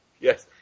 Yes